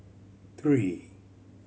three